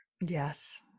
Yes